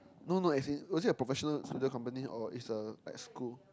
no no as in was it a professional studio company or is a like school